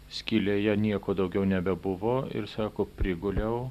skylėje nieko daugiau nebebuvo ir sako priguliau